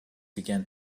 began